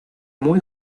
muy